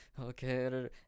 okay